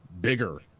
bigger